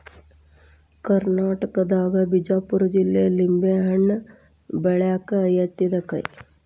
ಕರ್ನಾಟಕದಾಗ ಬಿಜಾಪುರ ಜಿಲ್ಲೆ ನಿಂಬೆಹಣ್ಣ ಬೆಳ್ಯಾಕ ಯತ್ತಿದ ಕೈ